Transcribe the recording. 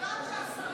חברת הכנסת,